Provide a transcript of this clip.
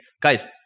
Guys